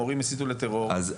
המורים הסיתו לטרור,